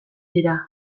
dira